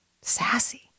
sassy